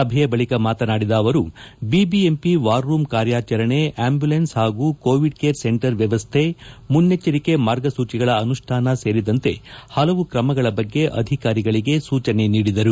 ಸಭೆ ಬಳಿಕ ಮಾತನಾಡಿದ ಅವರು ಬಿಬಿಎಂಪಿ ವಾರ್ ರೂಮ್ ಕಾರ್ಯಾಚರಣೆ ಆಂಬ್ಕುಲೆನ್ಸ್ ಹಾಗೂ ಕೋವಿಡ್ ಕೇರ್ ಸೆಂಟರ್ ವ್ಯವಸ್ಥೆ ಮುನ್ನೆಜ್ವರಿಕೆ ಮಾರ್ಗಸೂಚಿಗಳ ಅನುಷ್ಠಾನ ಸೇರಿದಂತೆ ಪಲವು ಕ್ರಮಗಳ ಬಗ್ಗೆ ಅಧಿಕಾರಿಗಳಿಗೆ ಸೂಚನೆ ನೀಡಿದರು